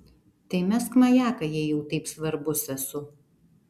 tai mesk majaką jei jau taip svarbus esu